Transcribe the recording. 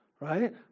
right